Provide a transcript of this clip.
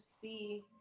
see